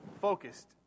focused